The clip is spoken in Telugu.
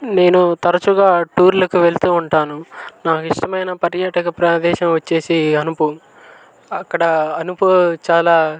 నేను తరచుగా టూర్లకు వెళుతూ ఉంటాను నాకు ఇష్టమైన పర్యాటక ప్రదేశం వచ్చేసి అనుపు అక్కడ అనుపు చాలా